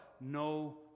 No